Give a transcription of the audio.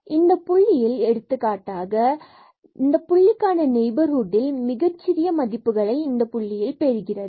எனவே இந்த புள்ளியில் எடுத்துக்காட்டாக இங்கு இந்த புள்ளிகள் நெய்பர்ஹுட்டில் மிகச்சிறிய மதிப்புகளை இந்த புள்ளியில் பெறுகிறது